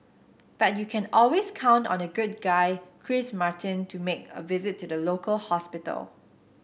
but you can always count on good guy Chris Martin to make a visit to the local hospital